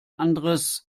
anderes